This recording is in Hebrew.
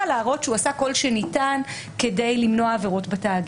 להראות שהוא עשה כל שניתן כדי למנוע עבירות בתאגיד.